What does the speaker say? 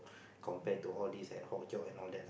compare to all this ad hoc job and all that